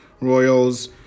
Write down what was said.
royals